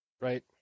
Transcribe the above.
Right